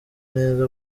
neza